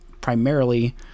primarily